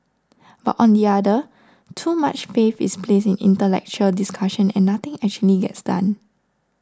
but on the other too much faith is placed in intellectual discussion and nothing actually gets done